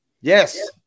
Yes